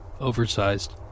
oversized